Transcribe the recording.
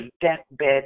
deathbed